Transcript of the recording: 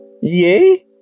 yay